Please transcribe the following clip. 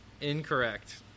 Incorrect